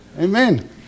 Amen